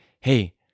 hey